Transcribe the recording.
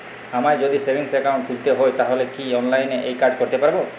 আমায় যদি savings account খুলতে হয় তাহলে কি অনলাইনে এই কাজ করতে পারবো?